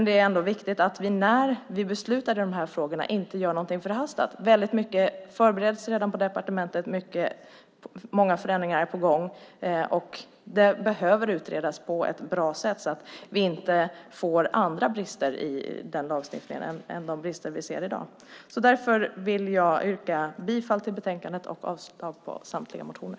Det är dock viktigt att vi när vi beslutar i dessa frågor inte gör något förhastat. Mycket förbereds redan på departementet; många förändringar är på gång. Det här behöver utredas på ett bra sätt så att vi inte får andra brister i lagstiftningen än dem vi ser i dag. Jag yrkar bifall till förslaget i betänkandet och avslag på samtliga motioner.